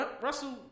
Russell